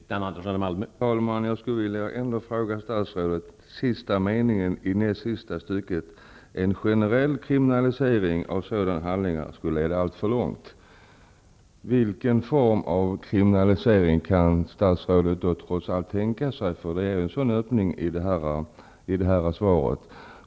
Herr talman! Jag skulle ändå vilja ställa en fråga till statsrådet rörande sista meningen i näst sista stycket i det skrivna svaret. Där står att en generell kriminalisering av sådana handlingar skulle leda alltför långt. Vilken form av kriminalisering kan statsrådet trots allt tänka sig? Det finns en sådan öppning i svaret.